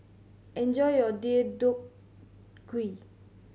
enjoy your Deodeok Gui